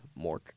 Mork